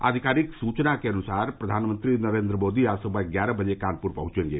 आधिकारिक सूचना के अनुसार प्रधानमंत्री नरेन्द्र मोदी आज सुवह ग्यारह बजे कानपुर पहुंचेगें